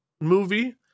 movie